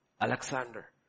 Alexander